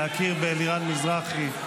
להכיר באלירן מזרחי,